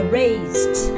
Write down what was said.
raised